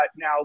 now